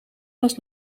was